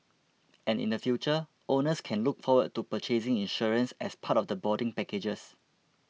and in the future owners can look forward to purchasing insurance as part of the boarding packages